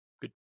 good